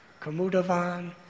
Kamudavan